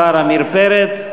השר עמיר פרץ.